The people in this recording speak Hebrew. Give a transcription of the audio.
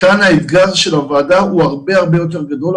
כאן האתגר של הוועדה הוא הרבה יותר גדול.